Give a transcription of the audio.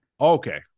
Okay